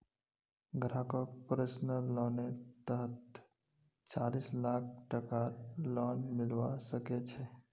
ग्राहकक पर्सनल लोनेर तहतत चालीस लाख टकार लोन मिलवा सके छै